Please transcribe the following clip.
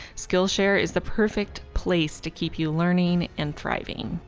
skillshare is the perfect place to keep you learning and thriving.